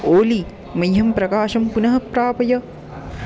ओली मह्यं प्रकाशं पुनः प्रापय